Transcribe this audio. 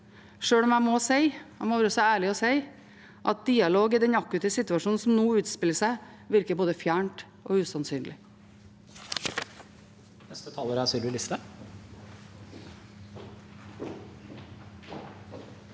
sjøl om jeg må være så ærlig å si at i den akutte situasjonen som nå utspiller seg, virker dialog både fjernt og usannsynlig.